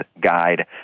Guide